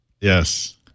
yes